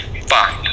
fine